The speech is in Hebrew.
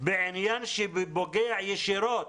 בעניין שפוגע ישירות